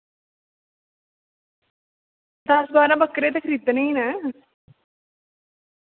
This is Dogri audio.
दस्स बारहां बक्करे ते खरीदने गै न